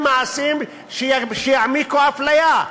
הם מעשים שיעמיקו אפליה.